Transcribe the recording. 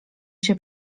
się